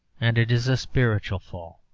and it is a spiritual fall.